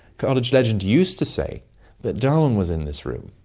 college legend used to say that darwin was in this room,